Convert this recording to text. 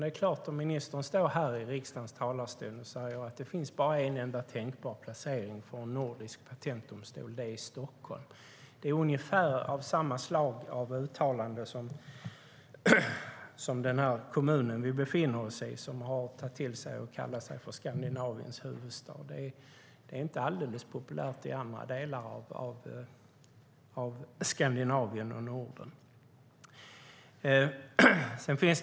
Men när ministern står här i riksdagens talarstol och säger att det bara finns en enda tänkbar placering för en nordisk patentdomstol och att det är Stockholm är det ungefär samma slags uttalande som den kommun vi befinner oss i har gjort när den kallar sig Skandinaviens huvudstad. Det är inte helt populärt i andra delar av Skandinavien och Norden.